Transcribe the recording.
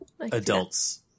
adults